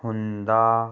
ਹੁੰਦਾ